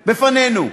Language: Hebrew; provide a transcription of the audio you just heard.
בפנינו.